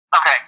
Okay